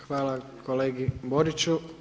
Hvala kolegi Boriću.